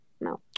No